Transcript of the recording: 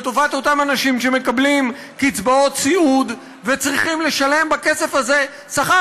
לטובת אותם אנשים שמקבלים קצבאות סיעוד וצריכים לשלם בכסף הזה שכר,